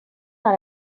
dans